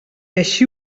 així